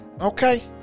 Okay